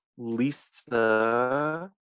Lisa